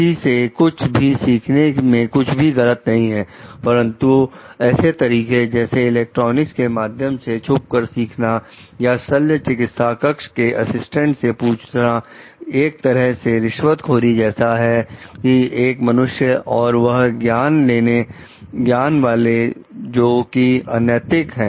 किसी सेकुछ भी सीखने मे कुछ भी गलत नहीं है परंतु ऐसे तरीके जैसे इलेक्ट्रॉनिक्स के माध्यम से छुपकर सीखना या शल्य चिकित्सा कक्ष के असिस्टेंट से पूछना एक तरह से रिश्वतखोरी जैसा है कि एक मनुष्य और वह ज्ञान वाले जो कि अनैतिक है